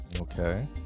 okay